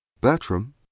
bertram